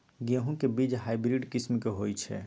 गेंहू के बीज हाइब्रिड किस्म के होई छई?